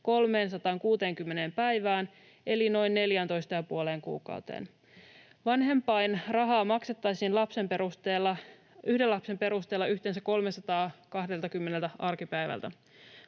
360 päivään eli noin 14,5 kuukauteen. Vanhempainrahaa maksettaisiin yhden lapsen perusteella yhteensä 320 arkipäivältä.